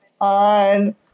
on